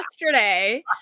yesterday